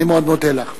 אני מאוד מודה לך.